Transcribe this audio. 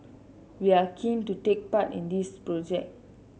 we are keen to take part in this project